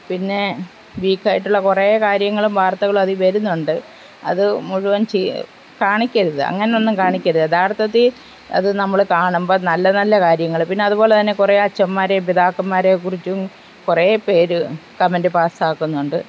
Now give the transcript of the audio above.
പിന്നെ വീക്ക് ആയിട്ടുള്ള കുറേ കാര്യങ്ങളും വാർത്തകൾ അതിൽ വരുന്നുണ്ട് അതു മുഴുവൻ ചീ കാണിക്കരുത് അങ്ങനെയൊന്നും കാണിക്കരുത് യദാർത്ഥത്തിൽ അത് നമ്മൾ കാണുമ്പോൾ നല്ല നല്ല കാര്യങ്ങൾ പിന്നെ അതുപോലെ തന്നെ കുറേ ആ അച്ഛന്മാരെ കുറിച്ചും പിതാക്കന്മാരെക്കുറിച്ചും കുറേ പേർ കമന്റ് പാസ്സ് ആക്കുന്നുണ്ട്